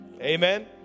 Amen